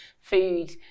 food